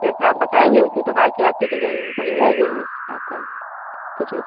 जैसा आप बताएँगी उसी प्रकार के आपके डिजाइन बन जाएगी और आपका किचन